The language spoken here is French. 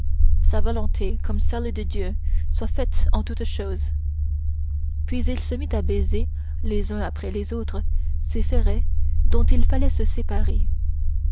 sa volonté comme celle de dieu soit faite en toutes choses puis il se mit à baiser les uns après les autres ces ferrets dont il fallait se séparer